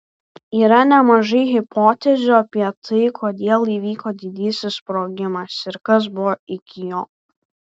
yra nemažai hipotezių apie tai kodėl įvyko didysis sprogimas ir kas buvo iki jo